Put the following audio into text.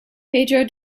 pedro